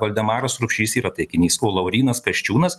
valdemaras rupšys yra taikinys o laurynas kasčiūnas